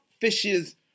fishes